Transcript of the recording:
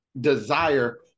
desire